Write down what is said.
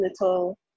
little